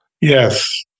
Yes